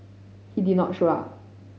he did not show up